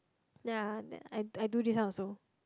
ya I I do this one also